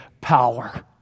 power